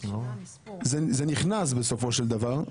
זה נכנס בסופו של דבר,